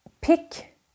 pick